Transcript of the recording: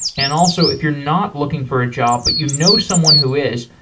and also, if you're not looking for a job but you know someone who is,